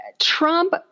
Trump